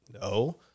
No